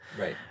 Right